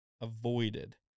avoided